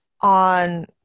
on